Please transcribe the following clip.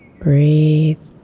Breathe